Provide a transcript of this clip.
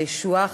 הישועה,